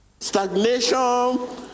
Stagnation